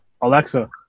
Alexa